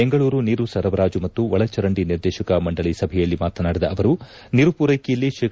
ಬೆಂಗಳೂರು ನೀರು ಸರಬರಾಜು ಮತ್ತು ಒಳಚರಂಡಿ ನಿರ್ದೇಶಕ ಮಂಡಳಿ ಸಭೆಯಲ್ಲಿ ಮಾತನಾಡಿದ ಅವರು ನೀರು ಪೂರ್ನೆಕೆಯಲ್ಲಿ ಶೇ